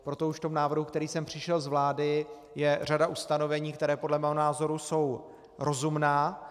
Proto už v tom návrhu, který sem přišel z vlády, je řada ustanovení, která podle mého názoru jsou rozumná.